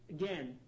Again